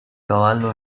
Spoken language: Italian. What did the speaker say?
cavallo